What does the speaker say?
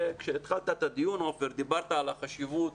כשהתחלת את הדיון, עופר, דיברת על החשיבות